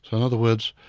and other words,